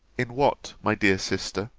in what, my dear sister,